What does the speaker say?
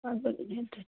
आं बरें तर